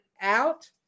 out